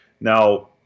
Now